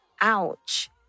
Ouch